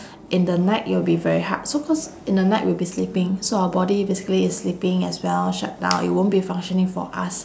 in the night it'll be very hard so cause in the night we'll be sleeping so our body basically is sleeping as well shut down it won't be functioning for us